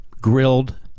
grilled